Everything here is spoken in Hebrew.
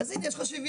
אז הנה יש לך שוויון.